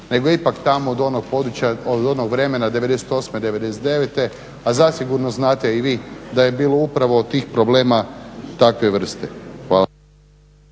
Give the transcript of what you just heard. nego ipak tamo od onog vremena '98., '99. a zasigurno znate i vi da je bilo upravo tih problema takve vrste.